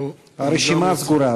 הרשימה סגורה.